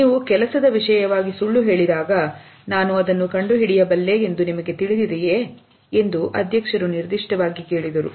ನೀವು ಕೆಲಸದ ವಿಷಯವಾಗಿ ಸುಳ್ಳು ಹೇಳಿದಾಗ ನಾನು ಅದನ್ನು ಕಂಡು ಹಿಡಿಯಬಲ್ಲೆ ಎಂದು ನಿಮಗೆ ತಿಳಿದಿದೆಯೇ ಎಂದು ಅಧ್ಯಕ್ಷರು ನಿರ್ದಿಷ್ಟವಾಗಿ ಕೇಳಿದರು